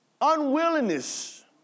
unwillingness